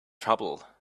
trouble